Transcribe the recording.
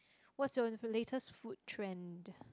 what's your latest food trend